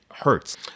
hurts